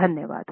धन्यवाद